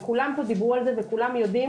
וכולם פה דיברו על זה וכולם יודעים